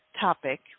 topic